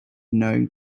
knowing